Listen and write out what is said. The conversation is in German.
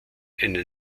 eine